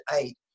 eight